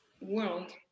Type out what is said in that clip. world